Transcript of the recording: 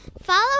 Follow